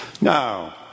Now